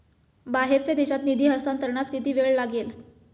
बाहेरच्या देशात निधी हस्तांतरणास किती वेळ लागेल?